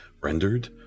rendered